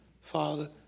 father